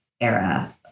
era